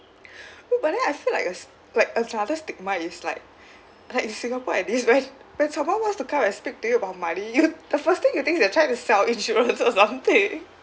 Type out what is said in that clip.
no but then I feel like it's like another stigma is like like in singapore at least when when someone wants to come and speak to you about money you the first thing you think is they try to sell insurance or something